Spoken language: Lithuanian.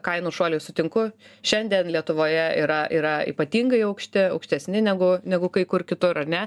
kainų šuoliui sutinku šiandien lietuvoje yra yra ypatingai aukšti aukštesni negu negu kai kur kitur ar ne